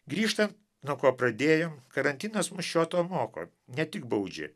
grįžtam nuo ko pradėjom karantinas mus šio to moko ne tik baudžia